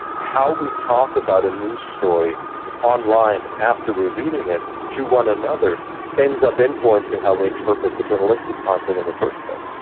how we talk about a news story online after reading it to one another ends up influencing how we interpret the journalistic content in the first place.